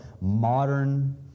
modern